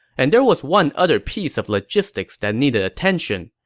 and there was one other piece of logistics that needed attention.